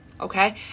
Okay